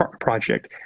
project